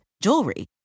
jewelry